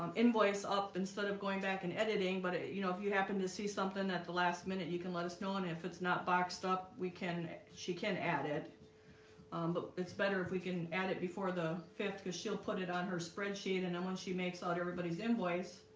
um invoice up instead of going back and editing but you know if you happen to see something at the last minute you can let us know and if it's not boxed up we can she can add it but it's better if we can add it before the fifth because she'll put it on her spreadsheet and then when she makes out everybody's invoice